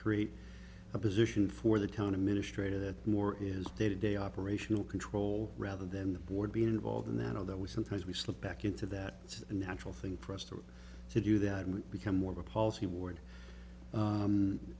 create a position for the town administrator that more is day to day operational control rather than the board being involved in that although we sometimes we slip back into that it's a natural thing for us to to do that and become more of a policy ward